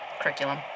curriculum